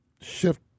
shift